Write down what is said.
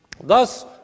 Thus